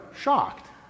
shocked